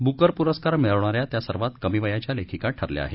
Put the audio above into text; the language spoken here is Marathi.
ब्रुकर प्रस्कार मिळवणाऱ्या त्या सर्वात कमी वयाच्या लेखिका ठरल्या आहेत